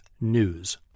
news